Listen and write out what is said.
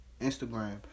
Instagram